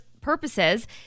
purposes